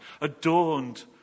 adorned